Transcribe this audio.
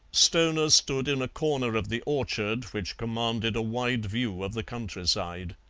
stoner stood in a corner of the orchard which commanded a wide view of the countryside.